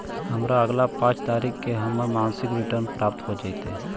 हमरा अगला पाँच तारीख के हमर मासिक रिटर्न प्राप्त हो जातइ